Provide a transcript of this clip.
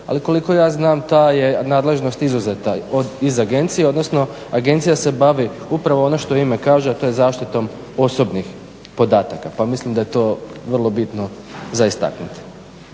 ali koliko ja znam ta je nadležnost izuzeta iz Agencije, odnosno Agencija se bavi upravo ono što ime kaže, a to je zaštitom osobnih podataka pa mislim da je to vrlo bitno za istaknuti.